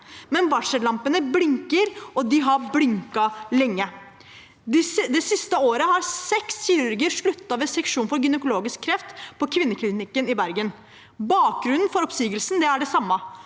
men varsellampene blinker, og de har blinket lenge. Det siste året har seks kirurger sluttet ved seksjon for gynekologisk kreft på kvinneklinikken i Bergen. Bakgrunnen for oppsigelsene er den samme: